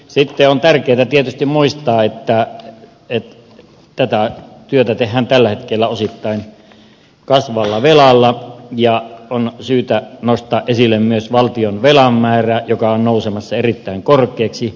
sitten on tärkeää tietysti muistaa että tätä työtä tehdään tällä hetkellä osittain kasvavalla velalla ja on syytä nostaa esille myös valtionvelan määrä joka on nousemassa erittäin korkeaksi